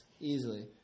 easily